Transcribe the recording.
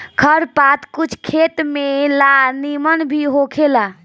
खर पात कुछ खेत में ला निमन भी होखेला